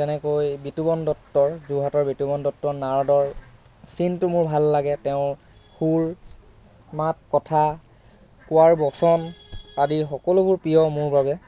যেনেকৈ বিতোপন দত্তৰ যোৰহাটৰ বিতোপন দত্তৰ নাৰদৰ চিনটো মোৰ ভাল লাগে তেওঁৰ সুৰ মাত কথা কোৱাৰ বচন আদিৰ সকলোবোৰ প্ৰিয় মোৰ বাবে